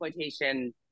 exploitation